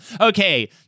okay